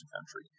country